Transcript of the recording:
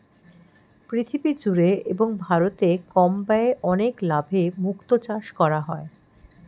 পৃথিবী জুড়ে এবং ভারতে কম ব্যয়ে অনেক লাভে মুক্তো চাষ করা হয়